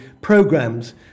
programs